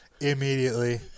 immediately